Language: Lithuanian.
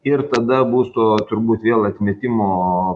ir tada bus tuo turbūt vėl atmetimo